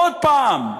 עוד הפעם,